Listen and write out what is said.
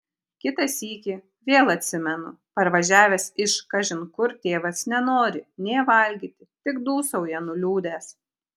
kitą sykį vėl atsimenu parvažiavęs iš kažin kur tėvas nenori nė valgyti tik dūsauja nuliūdęs